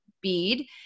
bead